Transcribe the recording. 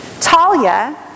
Talia